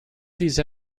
these